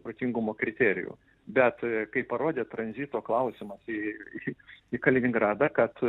protingumo kriterijų bet kaip parodė tranzito klausimas į į kaliningradą kad